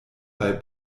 bei